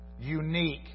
unique